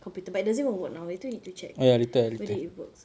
computer but it doesn't even work now later you need to check whether it works